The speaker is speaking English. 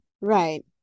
Right